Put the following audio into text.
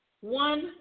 One